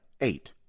eight